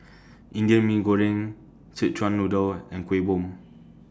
Indian Mee Goreng Szechuan Noodle and Kueh Bom